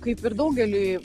kaip ir daugeliui